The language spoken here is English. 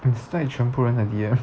你 slide 全部人的 D_M